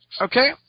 Okay